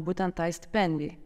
būtent tai stipendijai